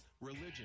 religion